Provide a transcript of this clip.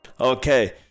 Okay